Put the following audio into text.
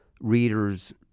readers